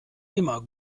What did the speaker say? immer